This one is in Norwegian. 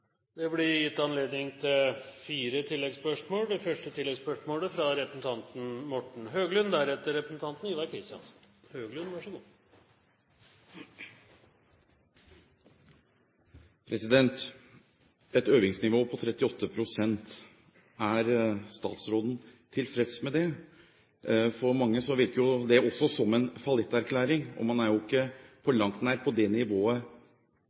Det blir gitt anledning til fire oppfølgingsspørsmål – først Morten Høglund. Et øvingsnivå på 38 pst. – er statsråden tilfreds med det? For mange virker det også som en fallitterklæring, og man er ikke på langt nær på det nivået